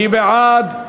מי בעד?